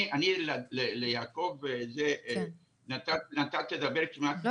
אני ליעקב ואתה תדבר -- לא,